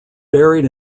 buried